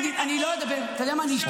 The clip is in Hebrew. תתבייש לך.